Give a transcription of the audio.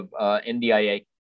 NDIA